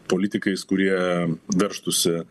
politikais kurie veržtųsi